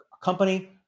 Company